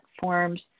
forms